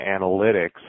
analytics